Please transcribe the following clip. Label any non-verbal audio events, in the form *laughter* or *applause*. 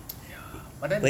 *noise* ya but then